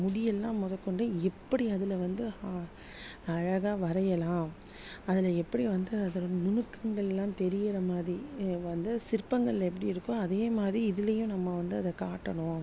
முடியெல்லாம் மொதற்கொண்டு எப்படி அதில் வந்து அழகாக வரையலாம் அதில் எப்படி வந்து அதோடய நுணுக்கங்களெலாம் தெரிகிற மாதிரி வந்து சிற்பங்கள் எப்படி இருக்கோ அதே மாதிரி இதிலையும் நம்ம வந்து அதை காட்டணும்